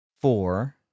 four